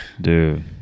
Dude